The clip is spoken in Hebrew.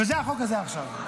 וזה החוק הזה עכשיו.